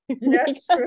yes